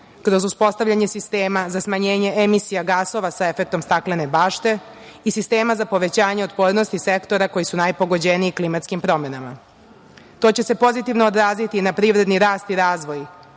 kroz uspostavljanje sistema za smanjenje emisija gasova sa efektom staklene bašte i sistema za povećanje otpornosti sektora koji su najpogođeniji klimatskim promenama. To će se pozitivno odraziti na privredni rast i razvoj,